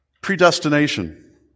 Predestination